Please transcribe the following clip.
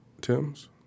Tim's